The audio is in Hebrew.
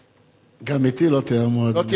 גם אתי לא תיאמו, אדוני.